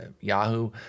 Yahoo